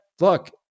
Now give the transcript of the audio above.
look